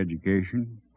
education